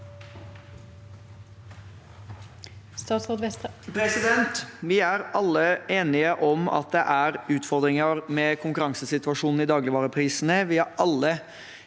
Vi er alle enige om at det er utfordringer med konkurransesituasjonen for dagligvareprisene.